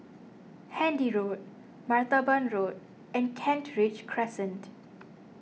Handy Road Martaban Road and Kent Ridge Crescent